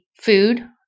food